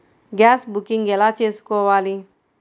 Gas booking ఎలా చేసుకోవాలి?